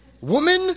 woman